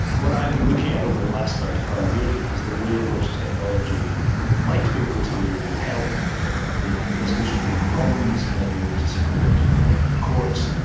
what i've been looking out over the last thirty five years but is the way in which technology might be able to help the resolution of legal problems, might be able to support the work of courts,